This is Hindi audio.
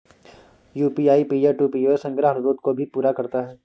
यू.पी.आई पीयर टू पीयर संग्रह अनुरोध को भी पूरा करता है